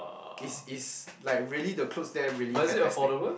is is like really the clothes there really fantastic